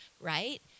right